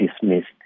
dismissed